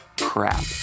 crap